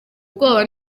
ubwoba